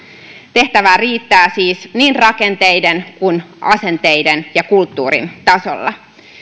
tehtävää riittää siis niin rakenteiden kuin myös asenteiden ja kulttuurin tasolla